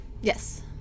Yes